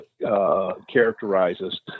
characterizes